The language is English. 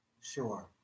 Sure